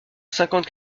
cinquante